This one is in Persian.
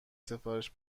سفارش